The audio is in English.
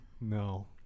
No